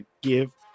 give